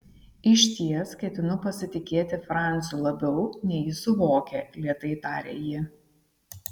išties ketinu pasitikėti franciu labiau nei jis suvokia lėtai tarė ji